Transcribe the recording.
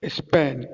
Spain